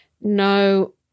No